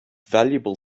valuable